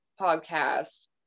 podcast